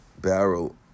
barrel